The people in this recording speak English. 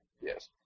Yes